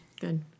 good